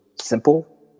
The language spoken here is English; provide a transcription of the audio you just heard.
simple